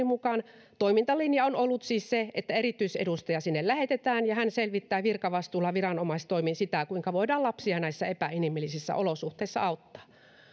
mukaan toimintalinja on ollut siis se että erityisedustaja sinne lähetetään ja hän selvittää virkavastuulla viranomaistoimin sitä kuinka voidaan lapsia näissä epäinhimillisissä olosuhteissa auttaa